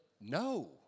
no